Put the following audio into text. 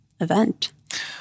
event